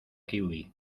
kiwi